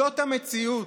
זאת המציאות.